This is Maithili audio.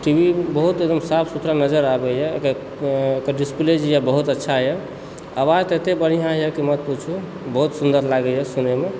टीवी बहुत एकदम साफ सुथड़ा नजर आबैए ओकर डिस्प्ले जेए से बहुत अच्छाए आवाज ततेक बढ़िआँए कि मत पुछु बहुत सुन्दर लागयए सुनयमे